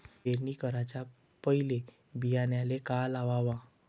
पेरणी कराच्या पयले बियान्याले का लावाव?